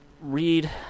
read